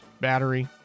battery